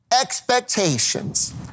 expectations